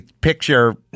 Picture